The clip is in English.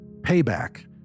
Payback